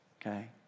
okay